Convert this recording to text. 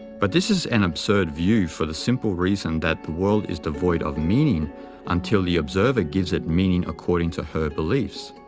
but this is an absurd view for the simple reason that the world is devoid of meaning until the observer gives it meaning according to her beliefs.